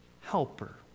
helper